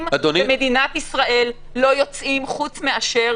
במדינת ישראל לא יוצאים חוץ מאשר